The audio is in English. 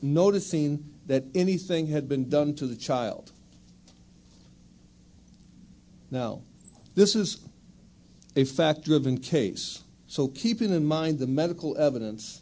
scene that anything had been done to the child now this is a fact driven case so keeping in mind the medical evidence